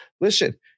Listen